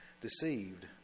deceived